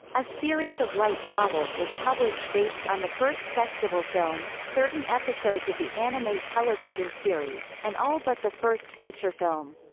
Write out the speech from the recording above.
a series of light novels was published based on the first festival film, certain episodes of the anime television series, and all but the first feature film.